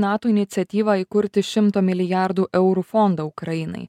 nato iniciatyvą įkurti šimto milijardų eurų fondą ukrainai